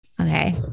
Okay